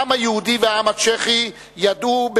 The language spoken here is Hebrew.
העם היהודי והעם הצ'כי ידעו,